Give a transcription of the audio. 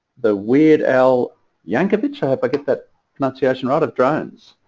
the weird al yankovic i hope i get that pronunciation right, of drones.